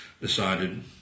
Decided